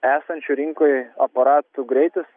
esančių rinkoj aparatų greitis